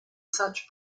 such